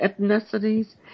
ethnicities